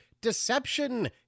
deception